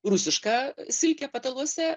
rusiška silkė pataluose